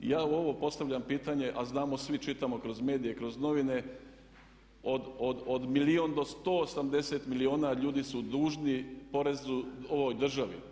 Ja u ovo postavljam pitanje, a znamo svi, čitamo kroz medije, kroz novine od milijun do 180 milijuna ljudi su dužni poreza ovoj državi.